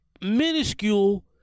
minuscule